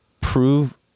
prove